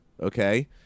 okay